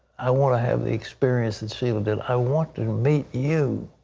i want to have the experience that sheila did. i want to meet you.